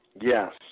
Yes